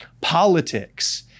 politics